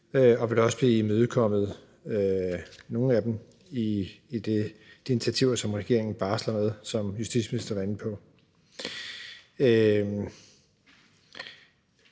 dem vil også blive imødekommet med de initiativer, som regeringen barsler med, som justitsministeren var inde på.